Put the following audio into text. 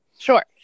Sure